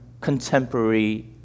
Contemporary